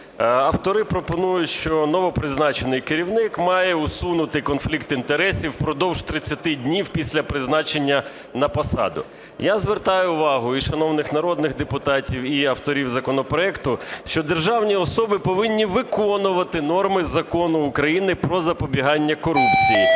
Автори пропонують, що новопризначений керівник має усунути конфлікт інтересів впродовж 30 днів після призначення на посаду. Я звертаю увагу і шановних народних депутатів, і авторів законопроекту, що державні особи повинні виконувати норми Закону України "Про запобігання корупції"